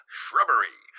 shrubbery